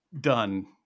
done